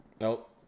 nope